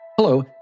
Hello